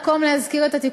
ונעביר את זה